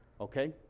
okay